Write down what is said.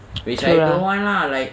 true lah